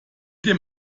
dem